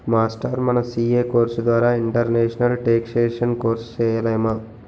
మాస్టారూ మన CA course ద్వారా ఇంటర్నేషనల్ టేక్సేషన్ కోర్సు సేయలేమా